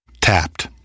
Tapped